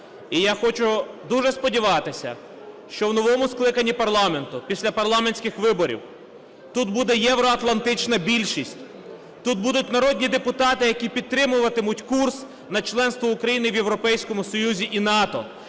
І я хочу дуже сподіватися, що в новому скликанні парламенту після парламентських виборів тут буде євроатлантична більшість, тут будуть народні депутати, які підтримуватимуть курс на членство України в Європейському Союзі і НАТО.